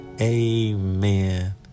Amen